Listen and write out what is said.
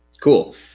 Cool